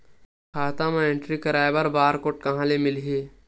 खाता म एंट्री कराय बर बार कोड कहां ले मिलही?